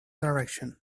direction